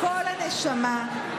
מכל הנשמה,